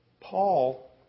Paul